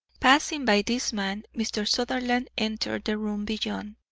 passing by this man, mr. sutherland entered the room beyond.